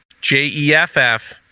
J-E-F-F